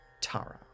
tara